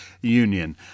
Union